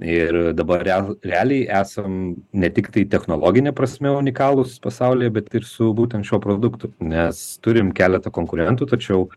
ir dabar real realiai esam ne tiktai technologine prasme unikalūs pasaulyje bet ir su būtent šiuo produktu nes turim keletą konkurentų tačiau